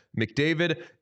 McDavid